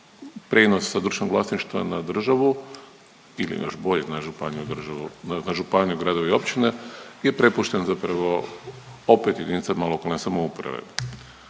Prijenos sa društvenog vlasništva na državu ili još bolje na županiju, državu, na županije, gradove i općine je prepušten zapravo opet jedinicama lokalne samouprave.